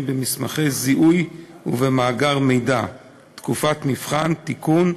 במסמכי זיהוי ובמאגר מידע (תקופת מבחן) (תיקון),